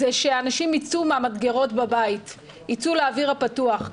זה שאנשים יצאו מהמדגרות בביית לאוויר הפתוח.